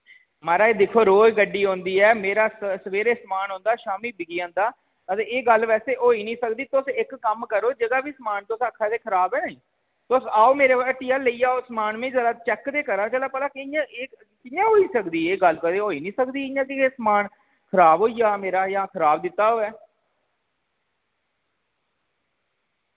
मराज दिक्खो रोज गड्डी औंदी ऐ मेरा सवेरे समान औंदा शामीं बिकी जंदा एह् गल्ल बैसे होई निं सकदी कम्म करो तुस जेह्का बी समान आक्खा दे खराब ऐ तुस आओ मेरी हट्टिया लेई जाओ समान ते चैक्क ते करांऽ कि एह् कि'यां होई एह् गल्ल कदें होई निं सकदी चुक्कियै समान खराब होई जा मेरा जां खराब दित्ता होवै